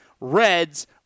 Reds